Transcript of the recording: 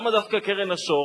למה דווקא קרן השור?